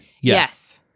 Yes